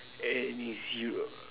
any zero